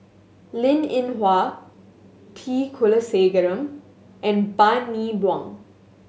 Linn In Hua T Kulasekaram and Bani Buang